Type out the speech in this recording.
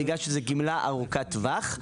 בגלל שזו גמלה ארוכת טווח,